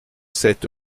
sept